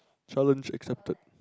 challenge accepted